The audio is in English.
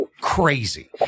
crazy